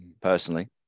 personally